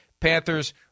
Panthers